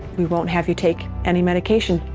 we won't have you take any medication.